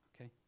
Okay